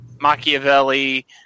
Machiavelli